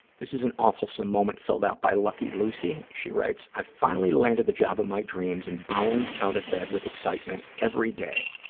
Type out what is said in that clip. this is an awfulsome moment filled out by lucky lucy. she writes, i finally landed the job of my dreams and bound out of bed with excitement excitement every day.